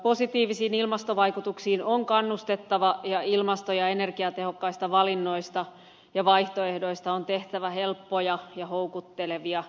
positiivisiin ilmastovaikutuksiin on kannustettava ja ilmasto ja energiatehokkaista valinnoista ja vaihtoehdoista on tehtävä helppoja ja houkuttelevia